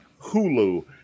Hulu